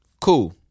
Cool